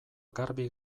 garbi